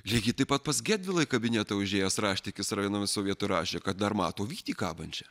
lygiai taip pat pas gedvilą į kabinetą užėjęs raštikis rajonams sovietų rašė kad dar mato vytį kabančią